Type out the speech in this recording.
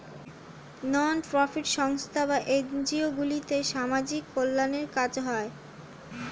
নন profit সংস্থা বা NGO গুলোতে সামাজিক কল্যাণের কাজ হয়